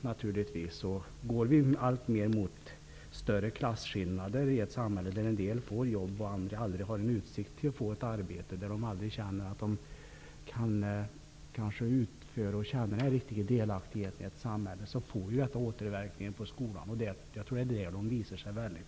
Det blir återverkningar på skolan när man går mot allt större klasskillnader i ett samhälle, där en del får jobb och andra aldrig har några utsikter till att få arbete -- där de aldrig kan känna delaktighet i samhället. Detta kommer att visa sig snart.